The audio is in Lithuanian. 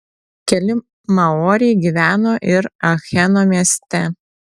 keli maoriai gyveno ir acheno mieste